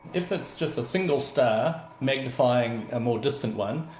if it's just a single star magnifying a more distant one,